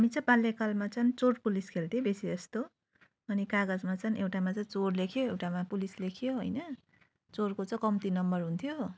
हामी चाहिँ बाल्यकालमा चाहिँ चोरपुलिस खेल्थ्यौँ बेसीजस्तो अनि कागजमा चाहिँ एउटामा चाहिँ चोर लेख्यो एउटामा पुलिस लेख्यो हैन चोरको चाहिँ कम्ती नम्बर हुन्थ्यो